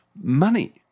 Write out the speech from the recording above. Money